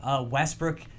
Westbrook